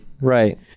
Right